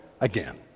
again